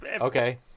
Okay